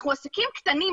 אנחנו עסקים קטנים,